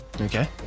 Okay